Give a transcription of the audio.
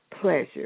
pleasure